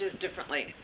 differently